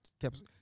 kept